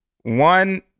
one